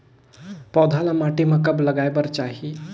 पौधा ल माटी म कब लगाए बर चाही?